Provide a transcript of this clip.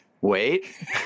Wait